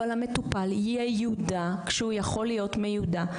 אבל המטופל ייודע כשהוא יכול להיות מיודע,